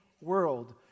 World